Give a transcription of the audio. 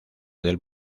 del